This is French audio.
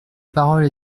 parole